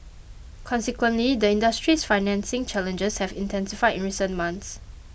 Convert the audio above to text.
consequently the industry's financing challenges have intensified in recent months